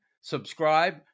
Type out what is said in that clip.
subscribe